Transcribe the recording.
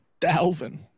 Dalvin